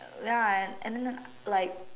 ya and I ended like